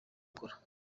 gukora